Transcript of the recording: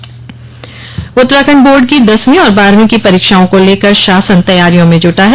board परीक्षा Uttarakhand board की दसवीं और बारहवीं की परीक्षाओं को लेकर शासन तैयारियों में जुटा है